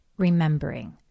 Remembering